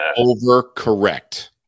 overcorrect